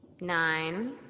nine